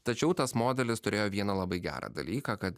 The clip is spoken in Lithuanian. tačiau tas modelis turėjo vieną labai gerą dalyką kad